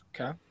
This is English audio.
Okay